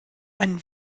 einen